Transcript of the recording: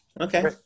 okay